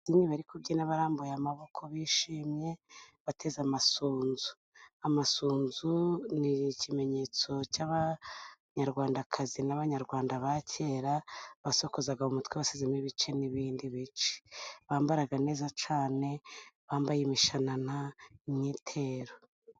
Ababyinnyi bari kubyina barambuye amaboko bishimye bateze amasunzu. Amasunzu ni ikimenyetso cy'abanyarwandakazi n'abanyarwanda ba kera, basokozaga mu mutwe bashyizemo ibice n'ibindi bice, bambaraga neza cyane bambaye imishanana n'imyitero.